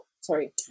sorry